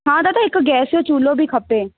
हा दादा हिक गैस जो चूलो बि खपे